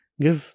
give